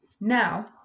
Now